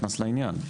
נכנס לעניין,